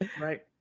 right